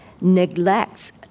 neglects